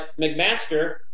McMaster